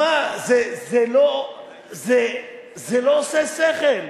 שמע, זה לא עושה שכל.